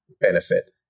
benefit